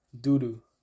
doo-doo